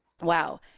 Wow